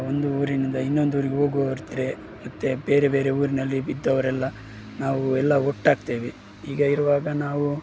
ಒಂದು ಊರಿನಿಂದ ಇನ್ನೊಂದು ಊರಿಗೆ ಹೋಗುವವರಿದ್ರೆ ಮತ್ತೆ ಬೇರೆ ಬೇರೆ ಊರಿನಲ್ಲಿ ಇದ್ದವರೆಲ್ಲ ನಾವು ಎಲ್ಲ ಒಟ್ಟಾಗ್ತೇವೆ ಈಗ ಇರುವಾಗ ನಾವು